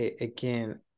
again